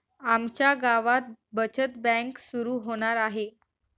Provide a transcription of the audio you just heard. आमच्या गावात बचत बँक सुरू होणार आहे